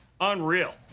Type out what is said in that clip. Unreal